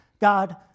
God